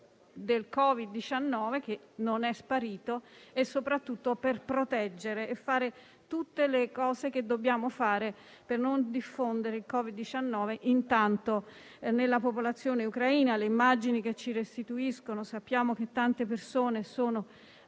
del Covid-19, che non è sparito, e soprattutto per proteggere e fare tutto quello che dobbiamo per non diffondere il Covid-19 intanto nella popolazione ucraina. Dalle immagini che ci arrivano vediamo che tante persone sono